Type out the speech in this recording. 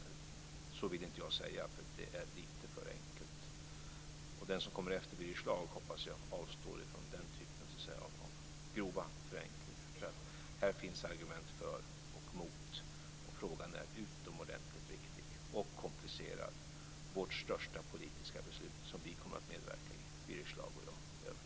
Så vill inte jag säga. Det är lite för enkelt. Jag hoppas att den som kommer efter Birger Schlaug avstår från den typen av grova förenklingar. Här finns nämligen argument för och emot, och frågan är utomordentligt viktig och komplicerad. Detta är det största politiska beslut som vi kommer att medverka i, Birger Schlaug och jag.